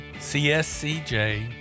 CSCJ